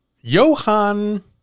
Johann